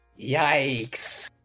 Yikes